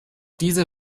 diese